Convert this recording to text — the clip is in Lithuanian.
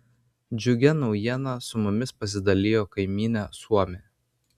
džiugia naujiena su mumis pasidalijo kaimynė suomė